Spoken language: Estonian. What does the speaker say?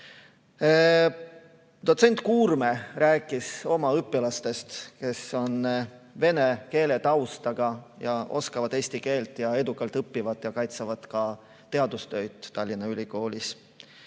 Dotsent Kuurme rääkis oma õpilastest, kes on vene keele taustaga ja oskavad eesti keelt ja edukalt õpivad ja kaitsevad ka teadustöid Tallinna Ülikoolis.